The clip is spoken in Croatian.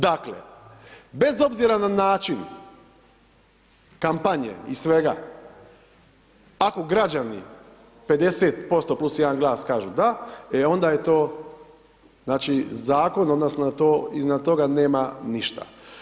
Dakle, bez obzira na način kampanje i svega ako građani 50% plus 1 glas kažu da e onda je to znači zakon odnosno to, iznad toga nema ništa.